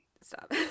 stop